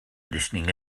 listening